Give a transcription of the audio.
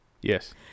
Yes